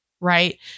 right